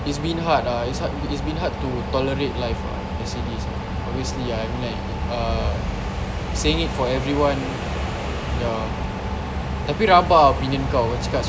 it's been hard lah it's hard it's been hard to tolerate life ah as it is ah obviously ah I mean like uh saying it for everyone ya tapi rabak opinion kau kau cakap